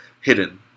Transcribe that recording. hidden